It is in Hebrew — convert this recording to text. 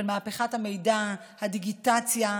מהפכת המידע והדיגיטציה,